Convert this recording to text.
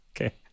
Okay